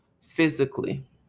physically